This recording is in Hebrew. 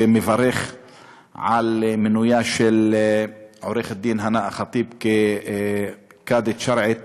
ומברך על מינויה של עורכת-הדין הנא ח'טיב לקאדית שרעית